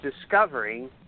discovering